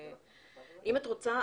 את רוצה,